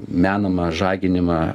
menamą žaginimą